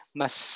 mas